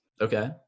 Okay